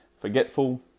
forgetful